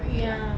ya